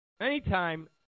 anytime